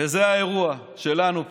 וזה האירוע שלנו פה.